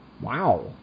Wow